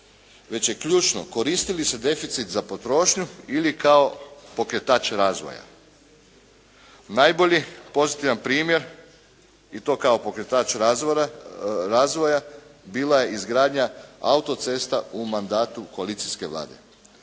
već je ključno koristi li se deficit za potrošnju ili kao pokretač razvoja. Najbolji pozitivan primjer i to kao pokretač razvoja bila je izgradnja auto-cesta u mandatu koalicijske Vlade.